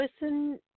listen